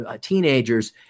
teenagers